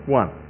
one